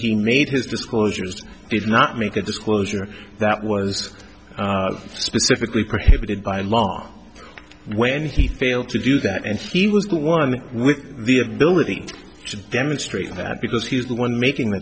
he made his disclosures if not make a disclosure that was specifically prohibited by law when he failed to do that and he was the one with the ability to demonstrate that because he was the one making the